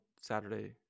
Saturday